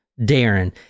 darren